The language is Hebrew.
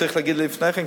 צריך להגיד לי לפני כן,